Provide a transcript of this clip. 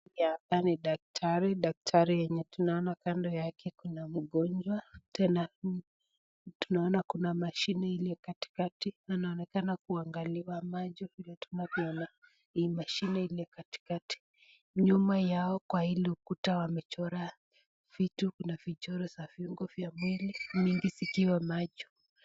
Hii hapa ni daktari, daktari yenye tunaona kando yake kuna mgonjwa. Tena tunaona kuna mashine iliyo katikati. Anaonekana kuangaliwa macho vile tunavyoona hii mashine iliyo katikati. Nyuma yao kwa hii ukuta wamechora vitu, kuna vichoro za viungo vya mwili, mingi zikiwa macho.